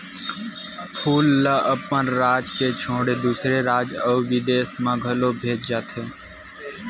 फूल ल अपन राज के छोड़े दूसर राज अउ बिदेस म घलो भेजे जाथे